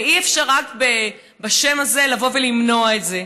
ואי-אפשר רק בשם זה לבוא ולמנוע את זה,